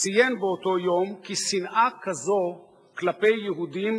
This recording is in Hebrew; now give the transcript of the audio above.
ציין באותו יום כי שנאה כזו כלפי יהודים